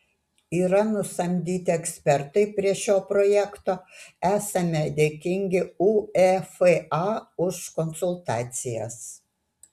yra nusamdyti ekspertai prie šio projekto esame dėkingi uefa už konsultacijas